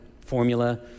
formula